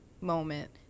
moment